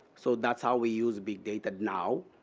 so that's how we use big data now.